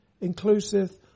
inclusive